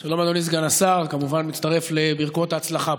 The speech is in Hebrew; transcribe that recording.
שלום, אדוני סגן השר, כמובן מצטרף לברכות ההצלחה.